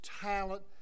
talent